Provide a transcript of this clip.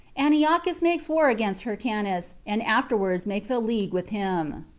antiochus makes war against hyrcanus and afterwards makes a league with him.